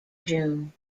june